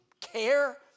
care